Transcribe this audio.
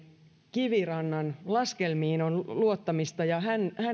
kivirannan laskelmiin on luottamista ja hänet